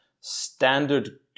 standard